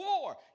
war